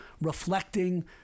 reflecting